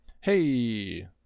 Hey